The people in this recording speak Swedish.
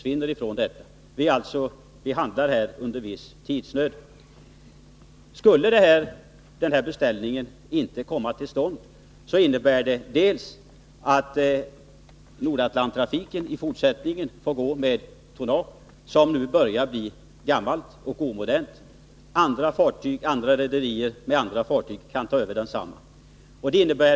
Vi handlar alltså i viss tidsnöd. Skulle denna beställning inte komma till stånd, innebär det för det första att Nordatlanttrafiken i fortsättningen får gå med tonnage, som nu börjar bli gammalt och omodernt. Andra rederier med andra fartyg tar då över densamma.